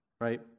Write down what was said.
right